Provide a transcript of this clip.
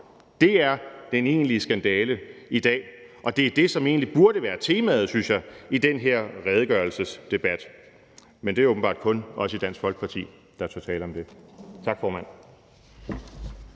Det er den egentlige skandale i dag, og det er det, som egentlig burde være temaet, synes jeg, i den her redegørelsesdebat. Men det er åbenbart kun os i Dansk Folkeparti, der tør tale om det. Tak, formand.